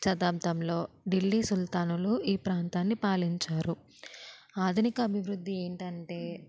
శతాబ్దంలో ఢిల్లీ సుల్తానులు ఈ ప్రాంతాన్ని పాలించారు ఆధునిక అభివృద్ధి ఏంటి అంటే